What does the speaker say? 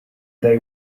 they